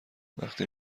وقتی